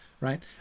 right